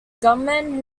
gunman